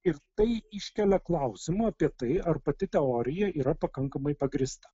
ir tai iškelia klausimų apie tai ar pati teorija yra pakankamai pagrįsta